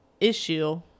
issue